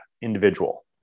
individual